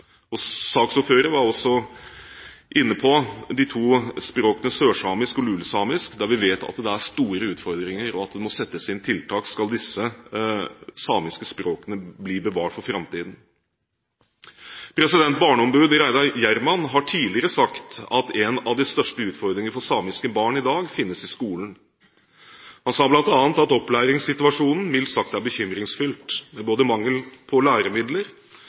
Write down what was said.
var også inne på de to språkene sørsamisk og lulesamisk, der vi vet at det er store utfordringer. Det må settes inn tiltak, skal disse samiske språkene bli bevart for framtiden. Barneombud Reidar Hjermann har tidligere sagt at en av de største utfordringene for samiske barn i dag finnes i skolen. Han sa bl.a. at opplæringssituasjonen mildt sagt er bekymringsfull, grunnet mangelen på både læremidler på